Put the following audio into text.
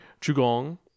Chugong